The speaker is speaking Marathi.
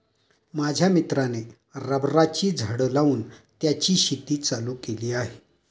माझ्या मित्राने रबराची झाडं लावून त्याची शेती चालू केली आहे